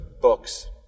books